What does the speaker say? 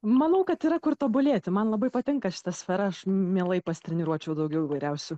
manau kad yra kur tobulėti man labai patinka šita sfera aš mielai pasitreniruočiau daugiau įvairiausių